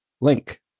link